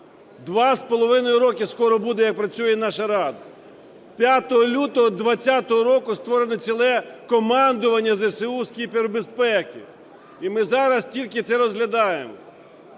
Два з половиною роки скоро буде як працює наша Рада. 5 лютого 20-го року створено ціле Командування Збройних Сил України з кібербезпеки. І ми зараз тільки це розглядаємо.